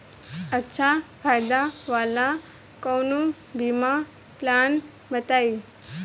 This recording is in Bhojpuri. अच्छा फायदा वाला कवनो बीमा पलान बताईं?